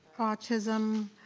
autism.